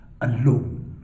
alone